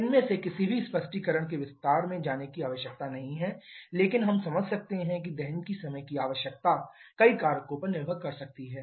इनमें से किसी भी स्पष्टीकरण के विस्तार में जाने की आवश्यकता नहीं है लेकिन हम समझ सकते हैं कि दहन की समय की आवश्यकता कई कारकों पर निर्भर कर सकती है